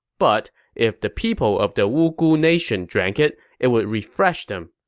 but if the people of the wuge wuge nation drank it, it would refresh them.